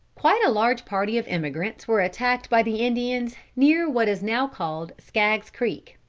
quite a large party of emigrants were attacked by the indians near what is now called scagg's creek,